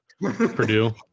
Purdue